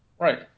Right